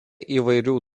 įvairių